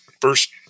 first